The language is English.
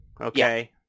okay